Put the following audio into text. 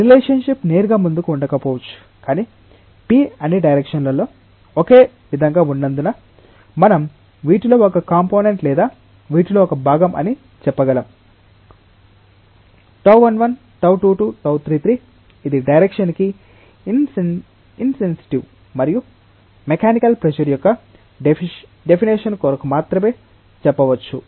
relation ship నేరుగా ముందుకు ఉండకపోవచ్చు కానీ p అన్ని డైరెక్షన్ లలో ఒకే విధంగా ఉన్నందున మనం వీటిలో ఒక కంపోనెంట్ లేదా వీటిలో ఒక భాగం అని చెప్పగలం τ11τ 22 τ33 ఇది డైరెక్షన్ కి ఇంసెన్సిటివ్ మరియు మెకానికల్ ప్రెషర్ యొక్క డెఫినిషన్ కొరకు మాత్రమే చెప్పవచ్చు